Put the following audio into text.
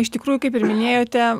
iš tikrųjų kaip ir minėjote